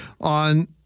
on